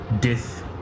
death